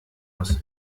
muss